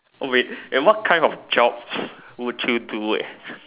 oh wait eh what kind of jobs would you do eh